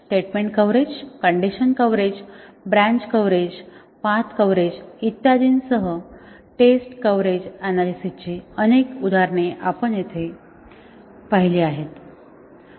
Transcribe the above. statement coverage condition coverage branch coverage path coverage इत्यादींसह test coverage analysis ची अनेक उदाहरणे आपण येथे पाहिली आहेत